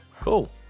Cool